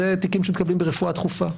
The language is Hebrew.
זה תיקים שמקבלים ברפואה דחופה,